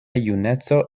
juneco